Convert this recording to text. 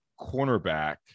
cornerback